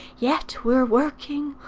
yet we're working,